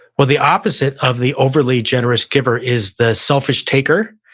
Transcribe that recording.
well, the opposite of the overly generous giver is the selfish taker.